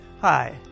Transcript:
Hi